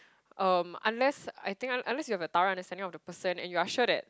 um unless I think un~ unless you have a thorough understanding of the person and you are sure that